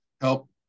help